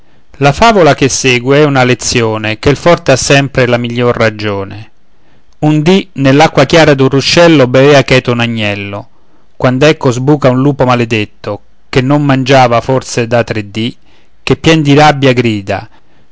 la favola che segue è una lezione che il forte ha sempre la miglior ragione un dì nell'acqua chiara d'un ruscello bevea cheto un agnello quand'ecco sbuca un lupo maledetto che non mangiava forse da tre dì che pien di rabbia grida